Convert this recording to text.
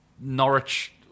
Norwich